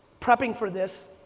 prepping for this,